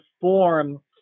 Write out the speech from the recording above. form